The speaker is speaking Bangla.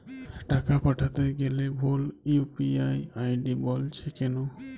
টাকা পাঠাতে গেলে ভুল ইউ.পি.আই আই.ডি বলছে কেনো?